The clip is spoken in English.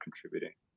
contributing